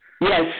Yes